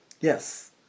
Yes